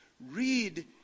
read